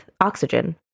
oxygen